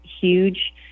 huge